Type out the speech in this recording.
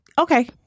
okay